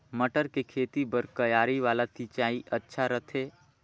मटर के खेती बर क्यारी वाला सिंचाई अच्छा रथे?